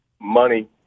money